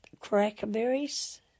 Crackerberries